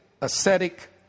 Ascetic